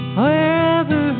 wherever